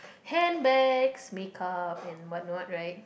handbags makeup and but not right